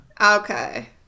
Okay